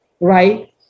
right